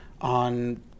on